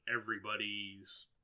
everybody's